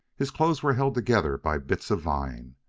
his clothes were held together by bits of vine.